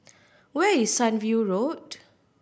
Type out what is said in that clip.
where is Sunview Road